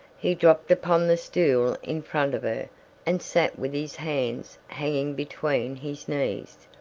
he dropped upon the stool in front of her and sat with his hands hanging between his knees.